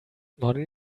module